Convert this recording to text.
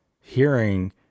hearing